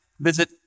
Visit